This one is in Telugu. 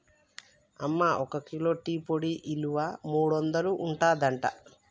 అమ్మ ఒక కిలో టీ పొడి ఇలువ మూడొందలు ఉంటదట